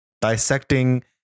dissecting